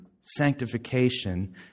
sanctification